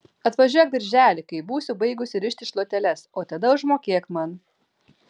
atvažiuok birželį kai būsiu baigusi rišti šluoteles o tada užmokėk man